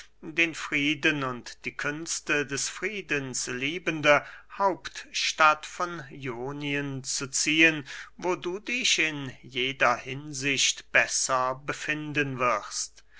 den frieden und die künste des friedens liebende hauptstadt von ionien zu ziehen wo du dich in jeder hinsicht besser befinden wirst